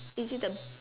is it the